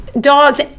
dogs